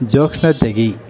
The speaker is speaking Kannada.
ಜೋಕ್ಸ್ನ ತೆಗೆ